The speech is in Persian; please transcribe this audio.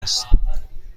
هستم